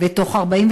ותוך 48